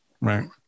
Right